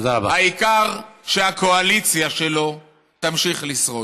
העיקר שהקואליציה שלו תמשיך לשרוד.